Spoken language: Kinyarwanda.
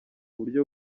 buryo